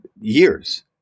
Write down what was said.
years